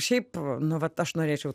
šiaip nu vat aš norėčiau